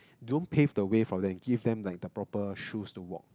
you don't pave the way for them give them like the proper shoes to walk